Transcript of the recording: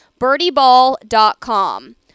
birdieball.com